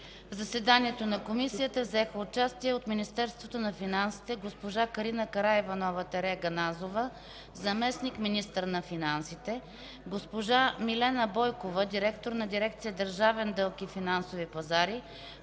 заседанието на Комисията взеха участие: от Министерството на финансите – госпожа Карина Караиванова-Ганозова – заместник-министър на финансите, госпожа Милена Бойкова – директор на дирекция „Държавен дълг и финансови пазари”,